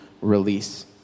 release